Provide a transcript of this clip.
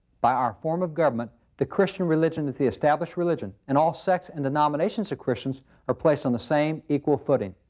by our form of government the christian religion is the established religion, and all sects and denominations of christians are placed on the same equal footing.